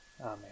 Amen